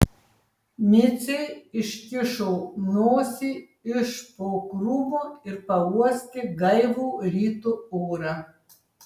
micė iškišo nosį iš po krūmo ir pauostė gaivų ryto orą